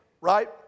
Right